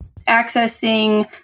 accessing